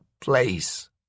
place